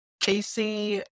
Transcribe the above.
Casey